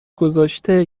گذاشته